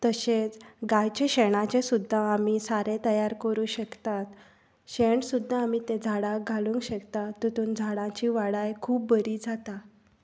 तशेंच गायचें शेणाचें सुद्दा आमी सारें तयार करूंक शकतात शेण सुद्दां आमी तें झाडाक घालूंक शकतात ततून झाडाची वाडाय खूब बरी जाता